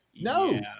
No